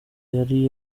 yari